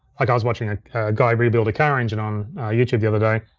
like i was watching a guy rebuild a car engine on youtube the other day.